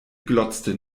glotzte